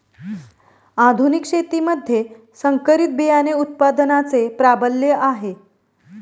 आधुनिक शेतीमध्ये संकरित बियाणे उत्पादनाचे प्राबल्य आहे